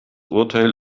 urteil